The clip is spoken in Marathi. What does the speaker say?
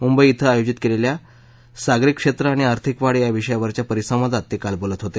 मुंबई िं आयोजीत केलेल्या सागरी क्षेत्र आणि आर्थिक वाढ या विषयावरच्या परिसंवादात ते काल बोलत होते